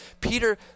Peter